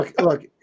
look